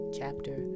chapter